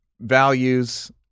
values